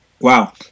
Wow